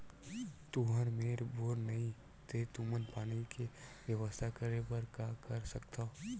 तुहर मेर बोर नइ हे तुमन पानी के बेवस्था करेबर का कर सकथव?